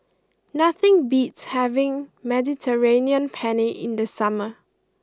nothing beats having Mediterranean Penne in the summer